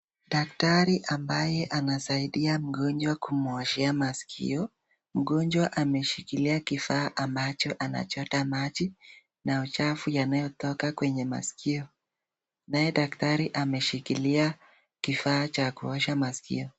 Daktari ambaye anasaidia mgojwa kumwoshea masikio, mgojwa ameshikia kifaa ambacho anachota maji na uchafu yanayotoka kwenye masikio naye daktari ameshikilia kifaa cha kuosha maskio.